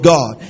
God